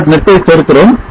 net ஐ சேர்க்கிறோம்